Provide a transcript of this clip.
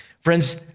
Friends